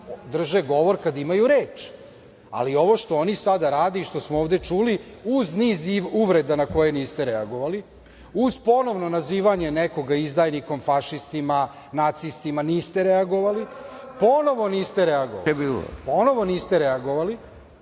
drže govor kad imaju reč. Ali, ovo što oni sada rade i što smo ovde čuli, uz niz i uvreda na koje niste reagovali, uz ponovno nazivanje nekoga izdajnikom, fašistima, nacistima, niste reagovali, ponovo niste reagovali. Ponovo niste reagovali.